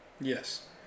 Yes